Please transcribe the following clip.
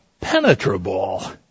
penetrable